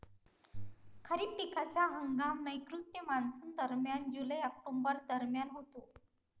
खरीप पिकांचा हंगाम नैऋत्य मॉन्सूनदरम्यान जुलै ऑक्टोबर दरम्यान होतो